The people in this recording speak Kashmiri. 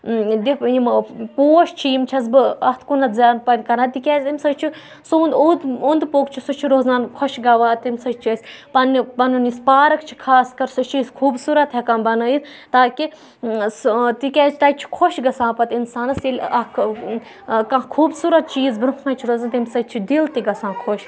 یِمو یِم پوش چھِ یِم چھَس بہٕ اَتھ کُنَتھ یادٕ پَہن کَران تِکیٛازِ اَمہِ سۭتۍ چھُ سون اوٚنٛد اوٚنٛد پوٚک چھُ سُہ چھُ روزان خۄش گَوار تمہِ سۭتۍ چھِ أسۍ پَنٕنہِ پَنُن یُس پارٕک چھِ خاص کَر سُہ چھِ أسۍ خوٗبصوٗرت ہٮ۪کان بَنٲیِتھ تاکہِ سُہ تِکیازِ تَتہِ چھُ خۄش گَژھان پَتہٕ اِنسانَس ییٚلہِ اَکھ کانٛہہ خوٗبصوٗرت چیٖز برونٛہہ کَنۍ چھُ روزان تمہِ سۭتۍ چھُ دِل تہِ گژھان خۄش